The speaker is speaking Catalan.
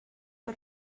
per